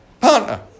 partner